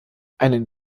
einen